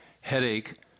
headache